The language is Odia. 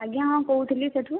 ଆଜ୍ଞା ହଁ କହୁଥିଲି ସେଇଠୁ